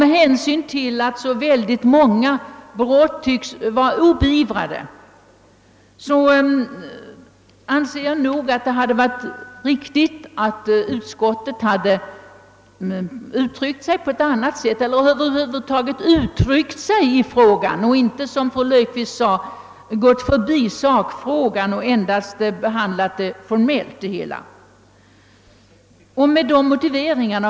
Med hänsyn till att så många brott förblir obeivrade anser jag att det hade varit riktigt att utskottet skrivit på annat sätt — eller över huvud taget yttrat sin mening i denna fråga. Det borde inte ha gått förbi sakfrågan och endast behandlat ärendet formellt, som fru Löfqvist sade. Herr talman!